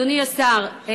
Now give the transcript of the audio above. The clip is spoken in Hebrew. אדוני השר,